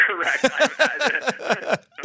correct